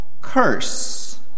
curse